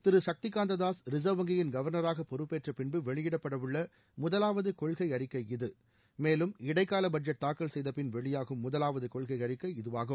திரு Shaktikanta Das reserve வங்கியின் கவர்னராக பொறுப்பேற்றப்பின்பு வெளியிடப்படவுள்ள முதலாவது கொள்கை அறிக்கை இது மேலும் இடைக்கால பட்ஜெட் தாக்கல் செய்தபின் வெளியாகும் முதலாவது கொள்கை அறிக்கை ஆகும்